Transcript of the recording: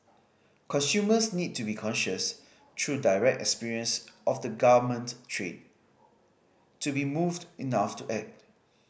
consumers need to be conscious through direct experience of the garment trade to be moved enough to act